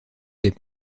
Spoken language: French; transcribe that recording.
des